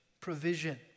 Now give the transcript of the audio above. provision